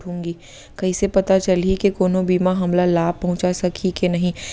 कइसे पता चलही के कोनो बीमा हमला लाभ पहूँचा सकही के नही